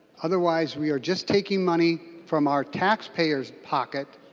otherwise we're just taking money from our taxpayers pocket